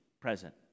present